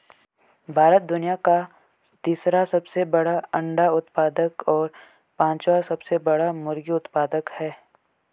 भारत दुनिया का तीसरा सबसे बड़ा अंडा उत्पादक और पांचवां सबसे बड़ा मुर्गी उत्पादक है